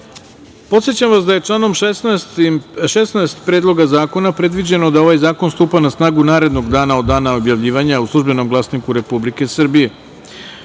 načelu. Podsećam vas da je članom 16. Predloga zakona predviđeno da ovaj zakon stupa na snagu narednog dana od dana objavljivanja u „Službenom glasniku Republike Srbije“.Shodno